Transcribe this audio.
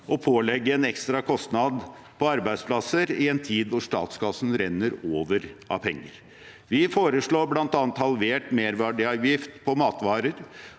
å pålegge en ekstra kostnad på arbeidsplasser i en tid hvor statskassen renner over av penger. Vi foreslår bl.a. halvert merverdiavgift på matvarer